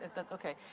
that's okay.